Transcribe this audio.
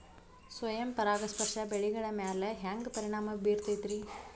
ಸ್ವಯಂ ಪರಾಗಸ್ಪರ್ಶ ಬೆಳೆಗಳ ಮ್ಯಾಲ ಹ್ಯಾಂಗ ಪರಿಣಾಮ ಬಿರ್ತೈತ್ರಿ?